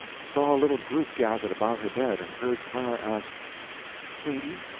saw a little group gathered about her bed, and heard clara ask katy,